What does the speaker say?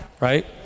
right